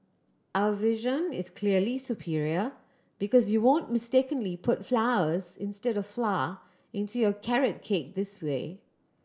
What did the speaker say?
our version is clearly superior because you won't mistakenly put flowers instead of flour into your carrot cake this way